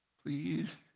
please.